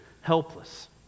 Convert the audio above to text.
helpless